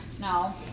No